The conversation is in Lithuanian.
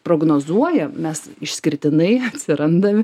prognozuoja mes išskirtinai atsirandam